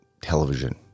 television